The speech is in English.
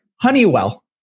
Honeywell